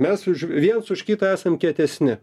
mes už viens už kitą esam kietesni